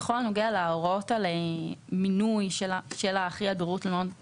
בכל הנוגע להוראות על מינוי של האחראי על בירור התלונות עצמו,